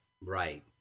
Right